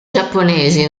giapponesi